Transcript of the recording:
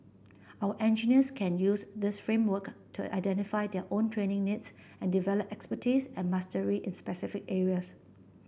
our engineers can use this framework to identify their own training needs and develop expertise and mastery in specific areas